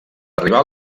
arribar